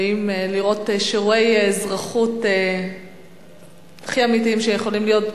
באים לראות שיעורי אזרחות הכי אמיתיים שיכולים להיות,